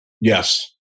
Yes